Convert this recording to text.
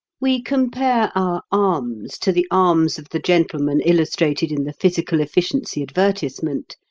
we compare our arms to the arms of the gentleman illustrated in the physical efficiency advertisement,